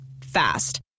Fast